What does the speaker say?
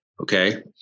Okay